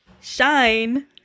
Shine